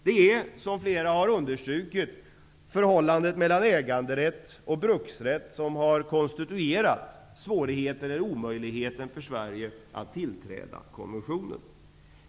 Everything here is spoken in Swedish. Som flera talare har understrukit är det förhållandet mellan äganderätt och bruksrätt som konstituerat omöjligheten för Sverige att tillträda konventionen.